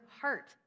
heart